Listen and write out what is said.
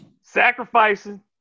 sacrificing